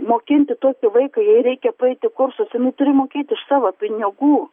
mokinti tokį vaiką jai reikia paeiti kursus ir nu turi mokėti savo pinigų